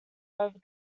over